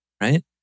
right